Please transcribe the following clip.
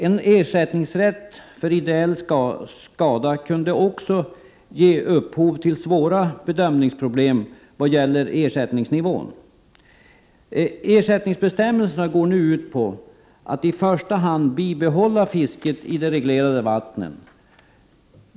En ersättningsrätt som ideell skada kan också ge upphov till svåra bedömningsproblem vad gäller ersättningsnivån. Ersättningsbestämmelserna går nu ut på att i första hand bibehålla fisket i de reglerade vattnen.